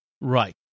Right